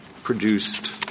Produced